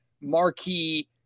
marquee